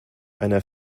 einer